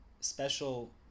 special